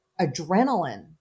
adrenaline